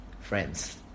friends